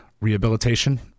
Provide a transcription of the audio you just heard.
rehabilitation